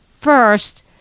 First